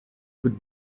could